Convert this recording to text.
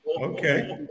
okay